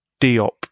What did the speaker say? Diop